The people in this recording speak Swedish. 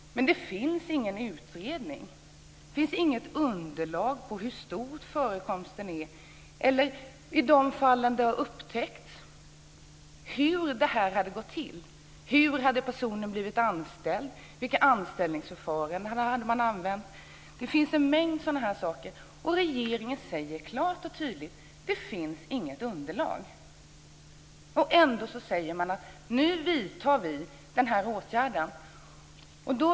Men det finns ingen utredning, inget underlag, när det gäller hur vanligt förekommande sådant här är. I de fall där detta upptäcks finns det heller inget underlag om hur det hela gått till - hur personen i fråga blivit anställd, vilket anställningsförfarande som använts. Det finns en mängd sådana saker men regeringen säger klart och tydligt att det inte finns något underlag. Ändå säger man: Nu vidtar vi den här åtgärden.